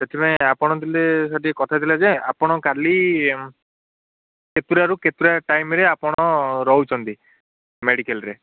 ସେଥିପାଇଁ ଆପଣ ଥିଲେ ସାର୍ କଥା ଥିଲା ଯେ ଆପଣ କାଲି କେତେଟାରୁ କେତେଟା ଟାଇମରେ ଆପଣ ରହୁଛନ୍ତି ମେଡ଼ିକାଲରେ